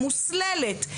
המוסללת.